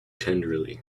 tenderly